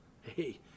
Hey